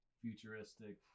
Futuristic